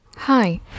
Hi